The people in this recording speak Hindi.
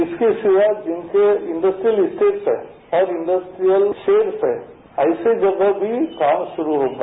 इसके सिवा जिनके इंडस्ट्रीयल स्टेटस है और इंडस्ट्रीयल शेड्स हैं ऐसी जगह भी काम शुरू होगा